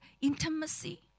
Intimacy